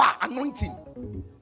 anointing